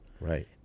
Right